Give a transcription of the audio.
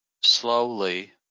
slowly